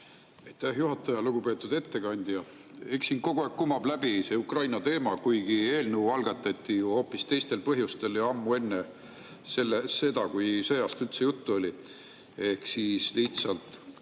Eks siin kogu aeg kumab läbi see Ukraina teema, kuigi eelnõu algatati ju hoopis teistel põhjustel ja ammu enne seda, kui sõjast üldse juttu oli. [See algatati] lihtsalt